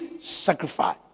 Sacrifice